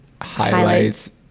Highlights